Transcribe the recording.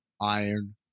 Iron